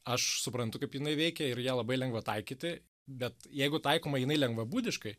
aš suprantu kaip jinai veikia ir ją labai lengva taikyti bet jeigu taikoma jinai lengvabūdiškai